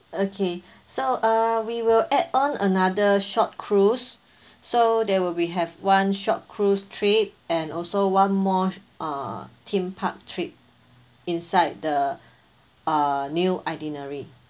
okay so uh we will add on another short cruise so there will be have one short cruise trip and also one more uh theme park trip inside the uh new itinerary